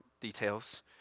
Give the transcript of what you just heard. details